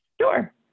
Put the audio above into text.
Sure